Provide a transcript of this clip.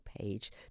page